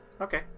Okay